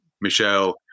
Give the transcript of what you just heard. Michelle